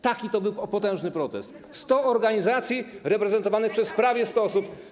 Taki to był potężny protest - 100 organizacji reprezentowanych przez prawie 100 osób.